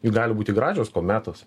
juk gali būti gražios kometos